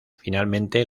finalmente